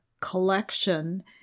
collection